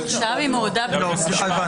נוסף.